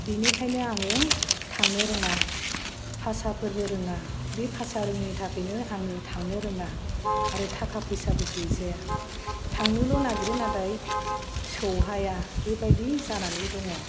बिनिखायनो आङो थांनो रोङा पासाफोरबो रोङा बे पासा रोङिनि थाखायनो आङो थांनो रोङा आरो थाखा फैसाबो गैजाया थांनोल' नागिरो नाथाय सौहाया बेबायदि जानानै दं